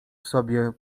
sobie